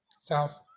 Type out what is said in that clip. South